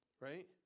right